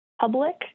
public